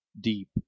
deep